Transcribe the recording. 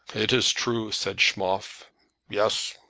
it is true, said schmoff yes,